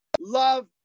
love